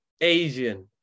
Asian